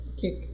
kick